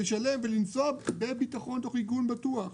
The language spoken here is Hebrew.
לשלם ולנסוע בביטחון תוך עיגון בטוח,